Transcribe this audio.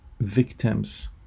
victims